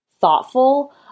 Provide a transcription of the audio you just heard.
thoughtful